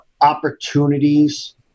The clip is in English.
opportunities